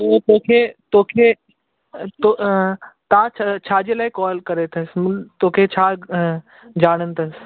उहो तोखे तोखे तव्हां छाजे लाइ कॉल करे अथई तोखे छा जाणनि अथस